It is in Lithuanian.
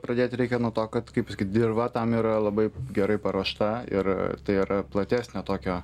pradėti reikia nuo to kad kaip dirva tam yra labai gerai paruošta ir tai yra platesnio tokio